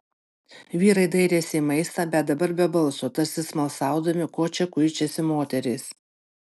vyrai dairėsi į maistą bet dabar be balso tarsi smalsaudami ko čia kuičiasi moterys